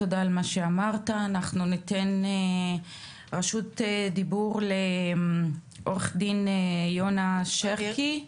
אנחנו ניתן רשות דיבור לעו"ד יונה שרקי.